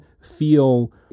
feel